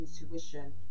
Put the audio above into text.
intuition